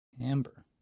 Amber